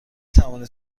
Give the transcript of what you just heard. توانید